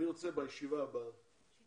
אני רוצה בישיבה הבאה שהם